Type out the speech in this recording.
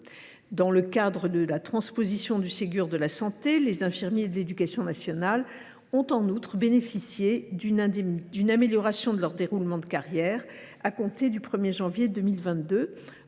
Dans le cadre de la transposition du Ségur de la santé, les infirmiers de l’éducation nationale ont en outre bénéficié d’une amélioration de leur déroulement de carrière à compter du 1 janvier 2022.